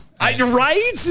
Right